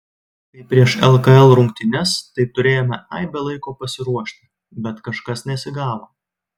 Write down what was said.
kaip prieš lkl rungtynes tai turėjome aibę laiko pasiruošti bet kažkas nesigavo